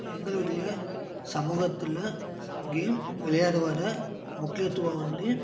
எங்களுடைய சமூகத்தில் கேம் விளையாடுவதை முக்கியத்துவம் வந்து